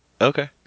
Okay